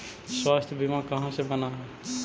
स्वास्थ्य बीमा कहा से बना है?